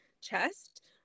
chest